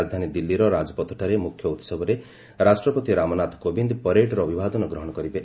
ରାଜଧାନୀ ଦିଲ୍ଲୀର ରାଜପଥଠାରେ ମୁଖ୍ୟ ଉହବରେ ରାଷ୍ଟ୍ରପତି ରାମନାଥ କୋବିନ୍ଦ ପ୍ୟାରେଡ୍ରେ ଅଭିବାଦନ ଗ୍ରହଣ କରିବେ